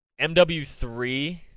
MW3